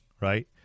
right